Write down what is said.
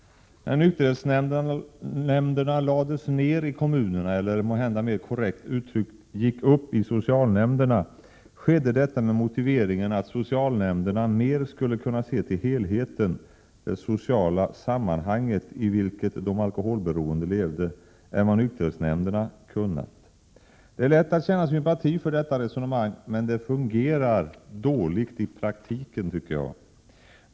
När nykterhetsnämnderna i kommunerna lades ned — eller måhända mer korrekt uttryckt gick upp i socialnämnderna — skedde detta med motiveringen att socialnämnderna mer skulle kunna se till helheten, det sociala sammanhang i vilket de alkoholberoende levde, än vad nykterhetsnämnderna kunnat. Det är lätt att känna sympati för detta resonemang, men det fungerar dåligt i praktiken.